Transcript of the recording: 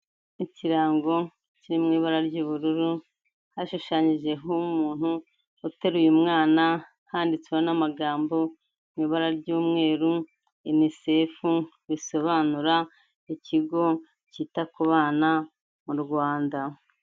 Ikirango kiri mu ibara ry'ubururu, hashushanyijeho umuntu uteruye mwana, handitswe n'amagambo mu ibara ry'umweru, UNICEF bisobanura ikigo cyita ku bana mu Rwanda.